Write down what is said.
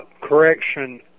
Correction